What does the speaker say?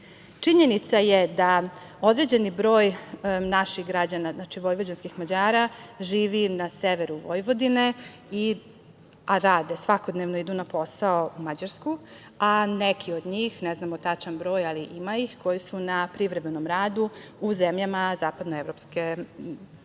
dilemu. Činjenica je da određeni broj naših građana, znači vojvođanskih Mađara, živi na severu Vojvodine, a rade, svakodnevno idu na posao u Mađarsku, a neki od njih, ne znamo tačan broj, ali ima ih koji su na privremenom radu u zemljama zapadne Evrope, znači